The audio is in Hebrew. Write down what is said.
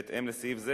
בהתאם לסעיף זה,